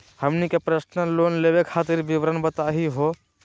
हमनी के personal loan लेवे खातीर विवरण बताही हो?